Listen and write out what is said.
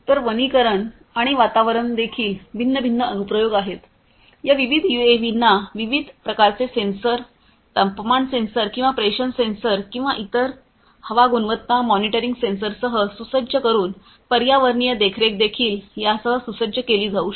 तर वनीकरण आणि वातावरणात देखील भिन्न भिन्न अनुप्रयोग आहेत या विविध यूएव्हींना विविध प्रकारचे सेन्सर तापमान सेन्सर किंवा प्रेशर सेन्सर किंवा इतर हवा गुणवत्ता मॉनिटरींग सेन्सर्ससह सुसज्ज करून पर्यावरणीय देखरेख देखील यासह सुसज्ज केली जाऊ शकते